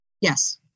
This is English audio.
Yes